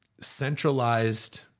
centralized